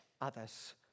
others